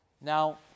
Now